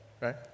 right